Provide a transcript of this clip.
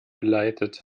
geleitet